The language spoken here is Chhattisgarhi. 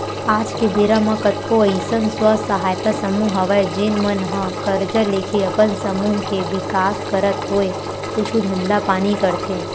आज के बेरा म कतको अइसन स्व सहायता समूह हवय जेन मन ह करजा लेके अपन समूह के बिकास करत होय कुछु धंधा पानी करथे